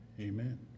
Amen